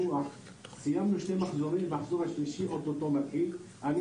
סיימנו שני מחזורים והמחזור השלישי מתחיל בקרוב.